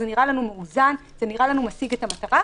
זה נראה לנו מאוזן ומשיג את המטרה.